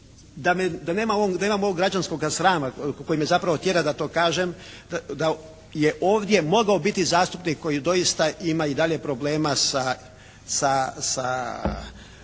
da nemam ovog građanskoga srama koji me zapravo tjera da to kažem, da je ovdje mogao biti zastupnik koji doista ima i dalje problema sa